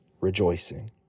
rejoicing